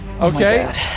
Okay